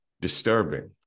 disturbing